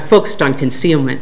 focused on concealment